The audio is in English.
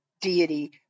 deity